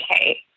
okay